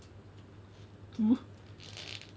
true